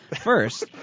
First